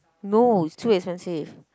no it's too expensive